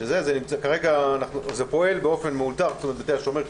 כרגע זה פועל באופן מאולתר בתל השומר,